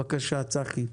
בבקשה צחי.